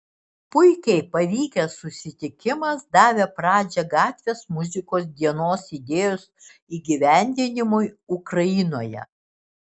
puikiai pavykęs susitikimas davė pradžią gatvės muzikos dienos idėjos įgyvendinimui ukrainoje